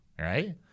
Right